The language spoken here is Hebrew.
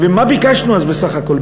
מה ביקשנו אז בסך הכול?